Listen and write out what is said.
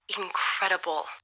incredible